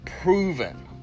Proven